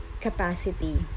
capacity